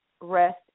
Rest